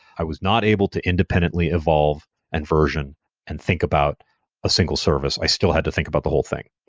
i was not able to independently evolve and version and think about a single service. i still had to think about the whole thing.